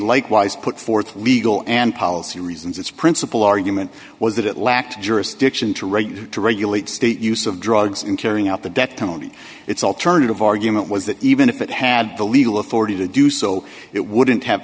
likewise put forth legal and policy reasons its principal argument was that it lacked jurisdiction to regs to regulate state use of drugs in carrying out the death penalty it's alternative argument was that even if it had the legal authority to do so it wouldn't have